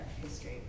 history